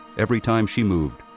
every time she moved,